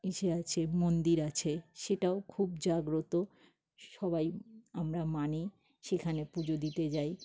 ইসে আছে মন্দির আছে সেটাও খুব জাগ্রত সবাই আমরা মানি সেখানে পুজো দিতে যাই